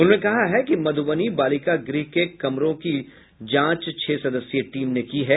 उन्होंने कहा है कि मधुबनी बालिका गृह के कमरों की जांच छह सदस्यीय टीम ने की है